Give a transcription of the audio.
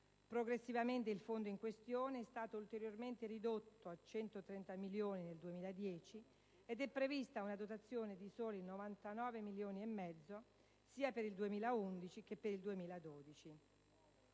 Progressivamente il fondo in questione è stato ulteriormente ridotto a 130 milioni nel 2010 ed è prevista una dotazione di soli 99,5 milioni, sia per il 2011 che per il 2012.